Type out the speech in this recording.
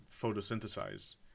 photosynthesize